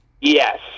Yes